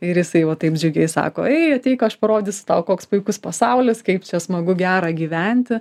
ir jisai va taip džiugiai sako eik aš parodysiu tau koks puikus pasaulis kaip čia smagu gera gyventi